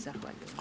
Zahvaljujem.